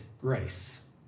grace